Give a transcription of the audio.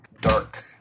dark